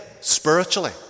spiritually